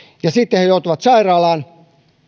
ja sitten he joutuvat sairaalaan